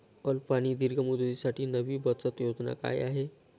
अल्प आणि दीर्घ मुदतीसाठी नवी बचत योजना काय आहे?